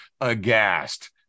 aghast